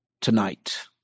tonight